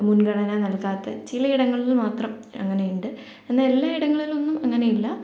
മുൻഗണ നൽകാതെ ചിലയിടങ്ങളിൽ മാത്രം അങ്ങനെയുണ്ട് എന്ന എല്ലായിടങ്ങളിലൊന്നും അങ്ങനെയില്ല